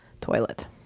toilet